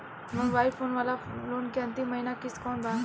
हमार mobile phone वाला loan के अंतिम महिना किश्त कौन बा?